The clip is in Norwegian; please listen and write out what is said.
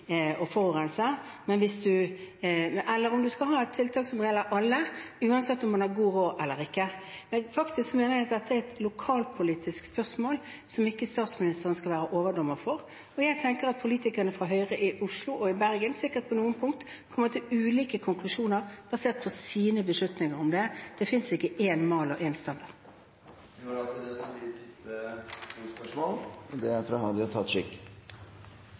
forurense, eller om man skal ha et tiltak som gjelder alle, uansett om man har god råd eller ikke. Jeg mener at dette er et lokalpolitisk spørsmål, som ikke statsministeren skal være overdommer i. Politikerne fra Høyre i Oslo og Bergen kommer sikkert på noen punkter til ulike konklusjoner basert på sine beslutninger om det. Det finnes ikke én mal og én standard. Vi går videre til neste hovedspørsmål.